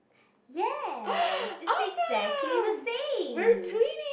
yes it's exactly the same